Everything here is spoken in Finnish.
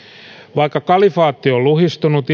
vaikka kalifaatti on luhistunut